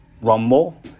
Rumble